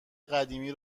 قدیمی